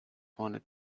wanted